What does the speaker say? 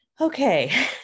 okay